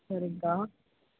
சரிங்கக்கா